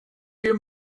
you